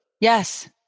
Yes